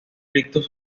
conflictos